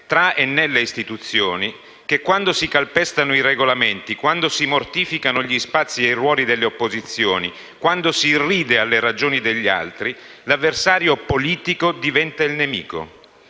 tra e nelle istituzioni - che, quando si calpestano i regolamenti, quando si mortificano gli spazi e i ruoli delle opposizioni, quando si irride alle ragioni degli altri, l'avversario politico diventa il nemico.